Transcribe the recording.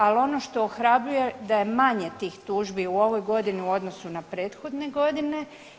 Ali ono što ohrabruje da je manje tih tužbi u ovoj godini u odnosu na prethodne godine.